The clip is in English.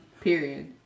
Period